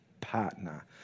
partner